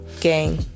gang